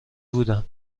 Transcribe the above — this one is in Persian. بودم